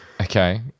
Okay